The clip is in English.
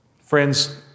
Friends